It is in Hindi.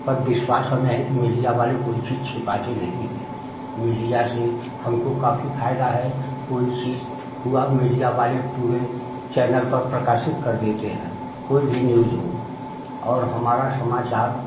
पर बिश्वास हमें है कि मीडिया वाले कोई चीज छिपाते नहीं हैं मीडिया से हमको काफ़ी फायदा है कोई चीज हुआ मीडिया वाले पूरे चैनल पर प्रकाशित कर देते हैं कोई भी न्यूज हो और हमारा समाचार